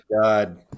God